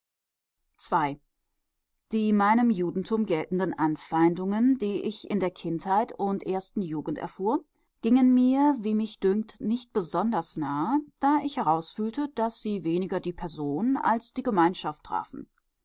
die meinem judentum geltenden anfeindungen die ich in der kindheit und ersten jugend erfuhr gingen mir wie mich dünkt nicht besonders nahe da ich herausfühlte daß sie weniger die person als die gemeinschaft trafen